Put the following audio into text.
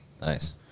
Nice